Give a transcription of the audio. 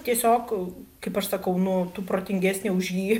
tiesiog kaip aš sakau nu tu protingesnė už jį